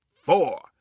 four